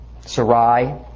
Sarai